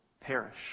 perish